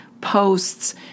posts